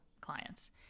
clients